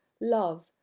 love